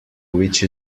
which